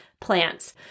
plants